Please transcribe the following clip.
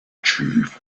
chief